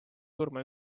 surma